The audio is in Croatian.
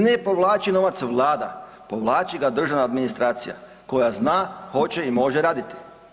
Ne povlači novac Vlada, povlači ga državna administracija koja zna, hoće i može raditi.